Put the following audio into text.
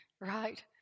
right